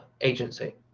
agency